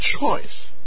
choice